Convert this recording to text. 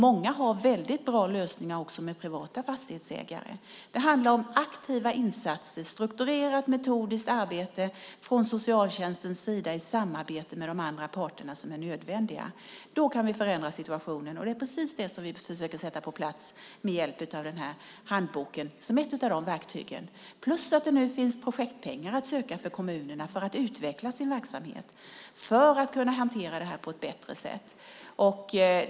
Många har väldigt bra lösningar också med privata fastighetsägare. Det handlar om aktiva insatser och strukturerat, metodiskt arbete från socialtjänstens sida i samarbete med de andra parter som är nödvändiga. Då kan vi förändra situationen, och det är precis det som vi försöker sätta på plats med hjälp av den här handboken som ett av verktygen. Dessutom finns det nu projektpengar att söka för kommunerna för att utveckla sin verksamhet för att kunna hantera det här på ett bättre sätt.